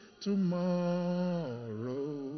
tomorrow